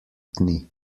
dni